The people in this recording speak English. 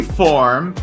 form